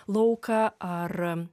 lauką ar